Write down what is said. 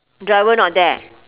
driver not there